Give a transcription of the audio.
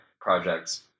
projects